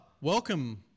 welcome